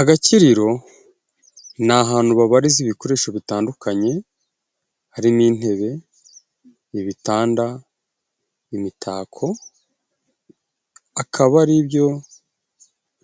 Agakiriro ni ahantu babariza ibikoresho bitandukanye, harimo:n'intebe, ibitanda, imitako, akaba ari byo